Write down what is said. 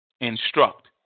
Instruct